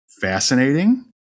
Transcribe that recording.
fascinating